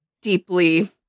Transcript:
deeply